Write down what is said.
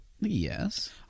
yes